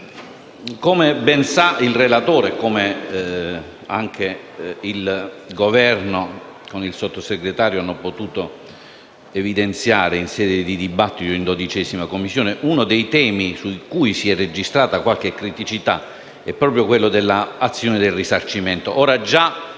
come ben sanno il relatore e il Governo (come hanno potuto evidenziare in sede di dibattito in 12a Commissione), uno dei temi su cui si è registrata qualche criticità è proprio quello dell'azione del risarcimento.